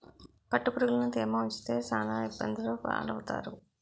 పట్టుపురుగులుని తేమలో ఉంచితే సాన ఇబ్బందులు పాలవుతారు